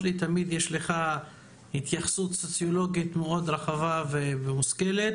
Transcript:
תמיד יש לך התייחסות סוציולוגית מאוד רחבה ומושכלת.